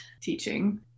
teaching